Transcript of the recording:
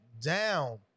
down